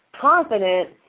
confident